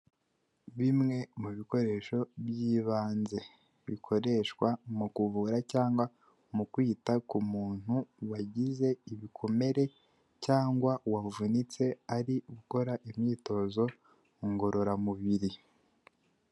Bimwe mu bikoresho by'ibanze. Bikoreshwa mu kuvura cyangwa mu kwita ku muntu wagize ibikomere cyangwa wavunitse ari ukora imyitozo ngororamubiri.